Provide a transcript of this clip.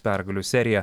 pergalių seriją